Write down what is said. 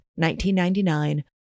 1999